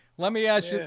let me ask you.